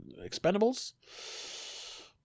Expendables